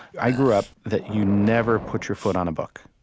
i grew up that you never put your foot on a book,